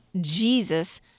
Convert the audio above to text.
Jesus